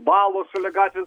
balos šalia gatvės